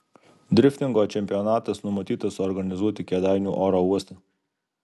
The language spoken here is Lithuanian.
driftingo čempionatas numatytas organizuoti kėdainių oro uoste